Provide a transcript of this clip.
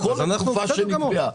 לכל התקופה שנקבעה.